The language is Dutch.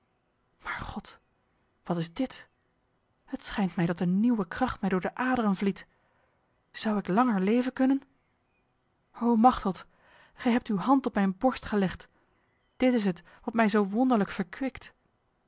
maar god wat is dit het schijnt mij dat een nieuwe kracht mij door de aderen vliet zou ik langer leven kunnen o machteld gij hebt uw hand op mijn borst gelegd dit is het wat mij zo wonderlijk verkwikt